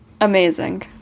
Amazing